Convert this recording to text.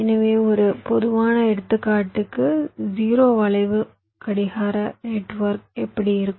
எனவே ஒரு பொதுவான எடுத்துக்காட்டுக்கு 0 வளைவு கடிகார நெட்வொர்க் எப்படி இருக்கும்